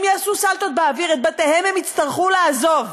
הם יעשו סלטות באוויר, את בתיהם הם יצטרכו לעזוב,